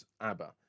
ABBA